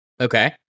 Okay